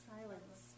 Silence